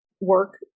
work